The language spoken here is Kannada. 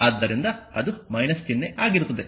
ಆದ್ದರಿಂದ ಅದು ಚಿಹ್ನೆ ಆಗಿರುತ್ತದೆ